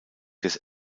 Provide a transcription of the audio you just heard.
des